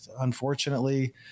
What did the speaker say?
unfortunately